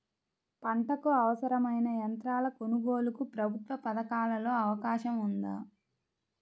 పంటకు అవసరమైన యంత్రాల కొనగోలుకు ప్రభుత్వ పథకాలలో అవకాశం ఉందా?